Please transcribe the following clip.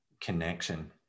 connection